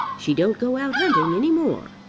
she don't go out hunting any more.